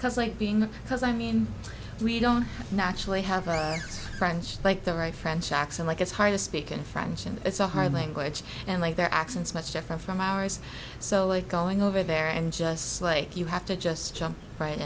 because like being because i mean we don't naturally have a french like the right french accent like it's hard to speak in french and it's a hard language and like their accents much different from ours so of going over there and just like you have to just jumped right